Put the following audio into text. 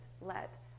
let